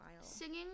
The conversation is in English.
Singing